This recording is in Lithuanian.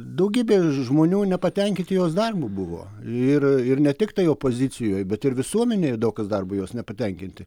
daugybė žmonių nepatenkinti jos darymu buvo ir ir ne tik tai opozicijoj bet ir visuomenėje daug kas darbu jos nepatenkinti